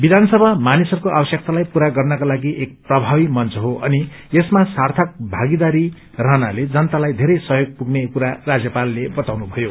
विधानसभा मानिसहरूको आवश्यकतालाई पूरा गर्नका लागि एक प्रभावी मंच झे अनि यसमा सार्थक भागीदारी रहनाले जनतालाई बेरै सहयोग पुग्ने कुरा राज्यपालले बताउनु भयो